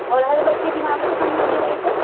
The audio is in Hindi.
और हर बच्चे की माप से करनी होगी टाई तो